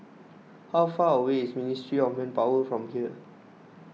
how far away is Ministry of Manpower from here